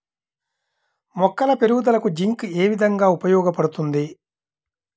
మొక్కల పెరుగుదలకు జింక్ ఏ విధముగా ఉపయోగపడుతుంది?